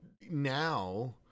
Now